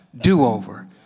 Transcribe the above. do-over